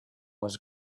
was